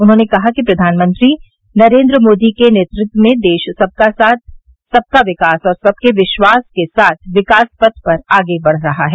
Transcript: उन्होंने कहा कि प्रधानमंत्री नरेन्द्र मोदी के नेतत्व में देश सबका साथ सबका विकास और सबके विश्वास के साथ विकास पथ पर आगे बढ़ रहा है